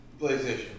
PlayStation